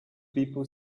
people